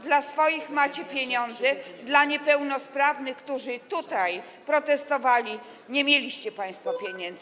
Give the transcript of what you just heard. Dla swoich macie pieniądze, a dla niepełnosprawnych, którzy tutaj protestowali, nie mieliście państwo pieniędzy.